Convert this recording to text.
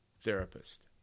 therapist